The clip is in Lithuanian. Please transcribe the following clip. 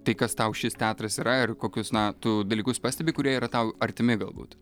tai kas tau šis teatras yra ir kokius na tu dalykus pastebi kurie yra tau artimi galbūt